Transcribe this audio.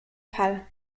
fall